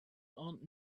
aunt